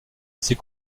ces